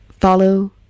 follow